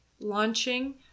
launching